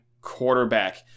quarterback